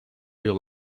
yol